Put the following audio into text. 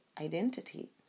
identity